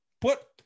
Put